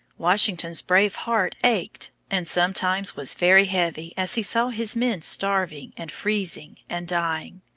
washington's brave heart ached, and sometimes was very heavy as he saw his men starving, and freezing, and dying.